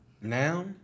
Now